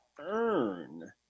earn